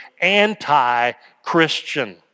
anti-Christian